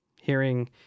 Hearing